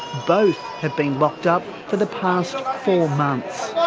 both have been locked up for the past four months.